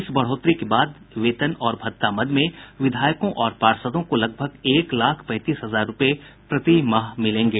इस बढ़ोतरी के बाद वेतन और भत्ता मद में विधायकों और पार्षदों को लगभग एक लाख पैंतीस हजार रूपये प्रति माह मिलेंगे